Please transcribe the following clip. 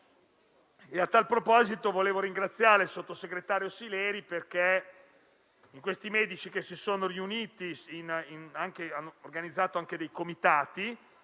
a tal proposito desidero ringraziare il sottosegretario Sileri perché ha ricevuto questi medici che si sono riuniti e hanno organizzato anche dei comitati.